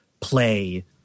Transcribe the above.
play